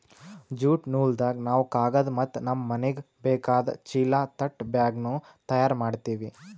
jute ನೂಲ್ದಾಗ್ ನಾವ್ ಕಾಗದ್ ಮತ್ತ್ ನಮ್ಮ್ ಮನಿಗ್ ಬೇಕಾದ್ ಚೀಲಾ ತಟ್ ಬ್ಯಾಗ್ನು ತಯಾರ್ ಮಾಡ್ತೀವಿ